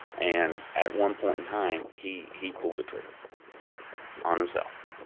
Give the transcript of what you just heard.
and at one point in time, he he pulled the trigger on himself.